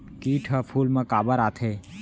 किट ह फूल मा काबर आथे?